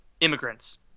immigrants